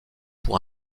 pour